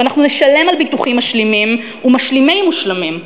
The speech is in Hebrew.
ואנחנו נשלם על ביטוחים משלימים ומשלימי מושלמים.